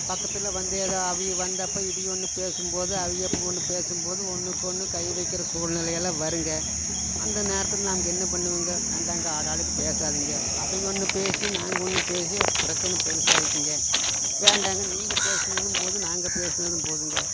பக்கத்தில் வந்து எதா அவக வந்தப்போ இவக ஒன்று பேசும்போது அவக இப்போ ஒன்று பேசும்போது ஒன்னுக்கொன்று கை வைக்கிற சூழ்நிலையெல்லாம் வருங்க அந்த நேரத்தில் நாங்கள் என்ன பண்ணுவங்க வேண்டாங்க ஆளாளுக்கு பேசாதிங்க அவன் ஒன்று பேசி நாங்கள் ஒன்று பேசி பிரச்சன பெருசாகிக்குங்க வேண்டாங்க நீங்கள் பேசுனதும் போதும் நாங்கள் பேசுனதும் போதுங்க